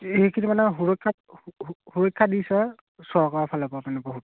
সেইখিনি মানে সুৰক্ষা সুৰক্ষা দিছে চৰকাৰৰ ফালে পৰা মানে বহুত